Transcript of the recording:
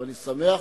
אני שמח